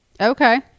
Okay